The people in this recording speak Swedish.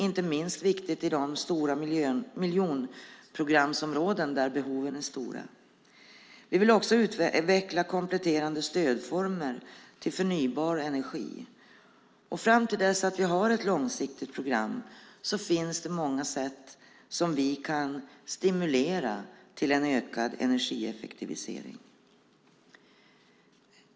Inte minst viktigt är detta i de stora miljonprogramsområden där behoven är stora. Vi vill utveckla kompletterande stödformer till förnybar energi. Fram till dess att vi har ett långsiktigt program finns det många sätt på vilka vi kan stimulera till en ökad energieffektivisering.